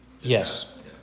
Yes